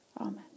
Amen